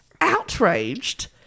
Outraged